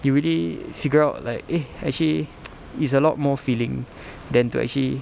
you really figure out like eh actually it's a lot more feeling than to actually